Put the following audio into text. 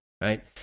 right